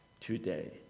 today